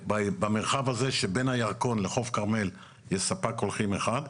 במרחב הזה של בין הירקון לחוף כרמל יש ספק קולחים אחד,